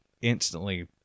instantly